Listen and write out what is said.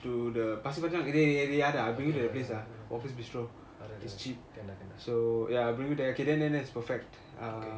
okay okay okay alright alright can lah can lah